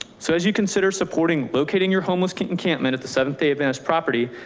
so as you consider supporting, locating your homeless encampment at the seventh day adventist property.